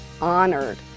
honored